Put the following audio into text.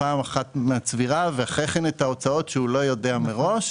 פעם אחת מהצבירה ואחרי כן את ההוצאות שהוא לא יודע מראש.